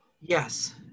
Yes